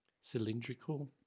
cylindrical